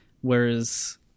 whereas